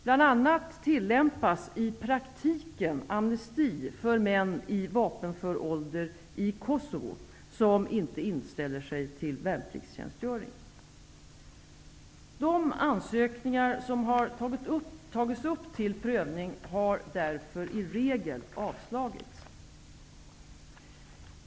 Bl.a. tillämpas i praktiken amnesti för män i vapenför ålder i Kosovo som inte inställer sig till värnpliktstjänstgöring. De ansökningar som har tagits upp till prövning har därför i regel avslagits.